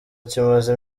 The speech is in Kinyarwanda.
kimaze